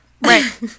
Right